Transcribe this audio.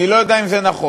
אני לא יודע אם זה נכון,